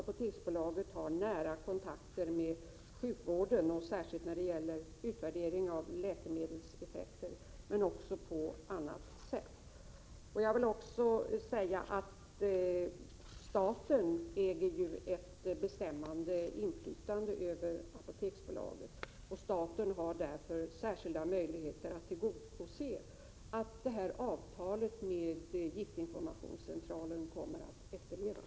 Apoteksbolaget har också nära kontakter med sjukvården, särskilt när det gäller utvärdering av läkemedelseffekter men också på annat sätt. Jag vill också säga att staten ju äger ett bestämmande inflytande över Apoteksbolaget. Staten har därför särskilda möjligheter att tillse att avtalet om giftinformationscentralen kommer att efterlevas.